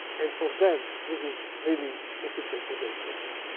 and for them, this is really difficult to digest.